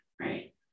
right